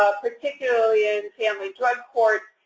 ah particularly in family drug court.